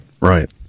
Right